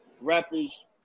rappers